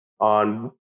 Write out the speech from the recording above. on